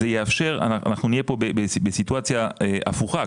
אנחנו נהיה כאן בסיטואציה הפוכה.